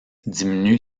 diminue